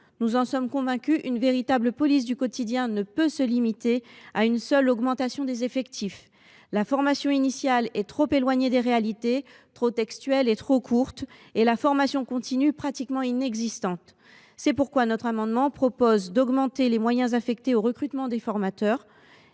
Nous sommes convaincus qu’une véritable police du quotidien ne peut pas se limiter à la seule augmentation des effectifs. La formation initiale est trop éloignée des réalités, trop textuelle et trop courte, et la formation continue est pratiquement inexistante. C’est pourquoi notre amendement tend à augmenter les moyens affectés au recrutement de formateurs.